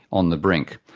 on the brink,